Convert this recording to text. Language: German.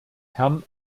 herrn